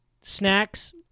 Snacks